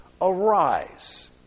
Arise